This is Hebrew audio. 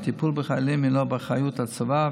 הטיפול בחיילים הינו באחריות הצבא,